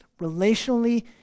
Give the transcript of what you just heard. relationally